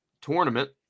tournament